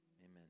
Amen